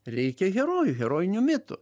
reikia herojų herojinių mitų